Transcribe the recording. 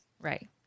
Right